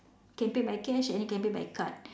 you can pay by cash and you can pay by card